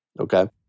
Okay